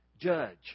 judge